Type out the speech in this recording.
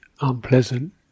unpleasant